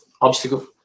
obstacle